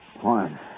One